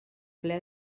ple